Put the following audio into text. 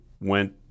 went